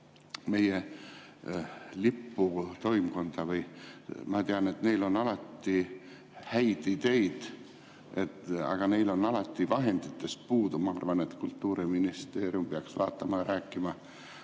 meie liputoimkonda. Ma tean, et neil on alati häid ideid, aga neil on alati vahenditest puudu. Ma arvan, et Kultuuriministeerium peaks Jüri Treiga